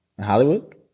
Hollywood